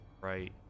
Right